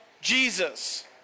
Jesus